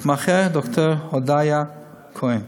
מתמחה, דוקטור הודיה כהן.